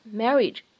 marriage